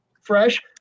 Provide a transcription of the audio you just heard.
fresh